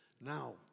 Now